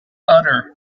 udder